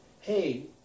Hey